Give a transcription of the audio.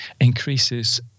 increases